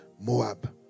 Moab